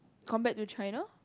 compared to China